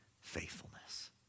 faithfulness